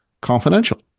confidential